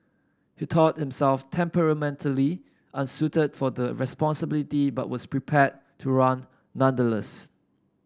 he thought himself temperamentally unsuited for the responsibility but was prepared to run nonetheless